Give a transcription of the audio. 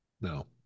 No